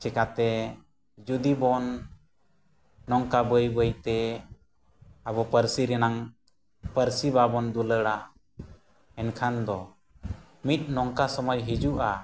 ᱪᱮᱠᱟᱛᱮ ᱡᱩᱫᱤᱵᱚᱱ ᱱᱚᱝᱠᱟ ᱵᱟᱹᱭᱼᱵᱟᱹᱭᱛᱮ ᱟᱵᱚ ᱯᱟᱹᱨᱥᱤ ᱨᱮᱱᱟᱜ ᱯᱟᱹᱨᱥᱤ ᱵᱟᱵᱚᱱ ᱫᱩᱞᱟᱹᱲᱟ ᱮᱱᱠᱷᱟᱱ ᱫᱚ ᱢᱤᱫ ᱱᱚᱝᱠᱟ ᱥᱚᱢᱚᱭ ᱦᱤᱡᱩᱜᱼᱟ